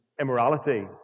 immorality